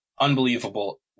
unbelievable